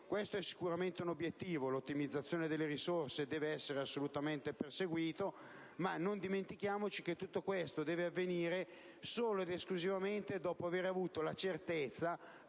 Questo è sicuramente un obiettivo. L'ottimizzazione delle risorse deve essere assolutamente perseguita, ma non dimentichiamo che deve avvenire solo ed esclusivamente dopo aver avuto la certezza